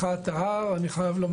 הכניסה למתחם הר הבית יהיה בלבוש צנוע